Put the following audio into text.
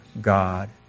God